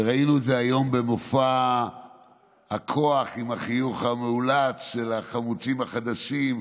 ראינו את זה היום במופע הכוח עם החיוך המאולץ של החמוצים החדשים.